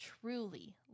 truly